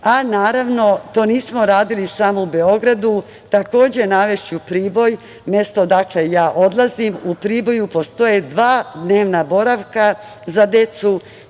a naravno to nismo radili samo u Beogradu. Takođe, navešću Priboj, mesto odakle ja odlazim, u Priboju postoje dva dnevna boravka za decu,